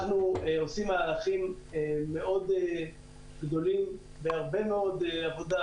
אנחנו עושים מהלכים מאוד גדולים בהרבה מאוד עבודה